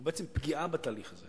הוא בעצם פגיעה בתהליך הזה,